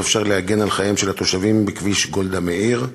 אפשר להגן על חייהם של התושבים בכביש גולדה מאיר.